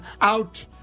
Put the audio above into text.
out